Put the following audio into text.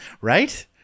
Right